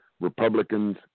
Republicans